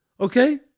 Okay